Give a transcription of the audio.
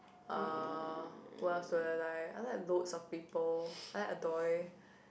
uh who else do I like I like loads of people I like Adoy